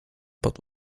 pod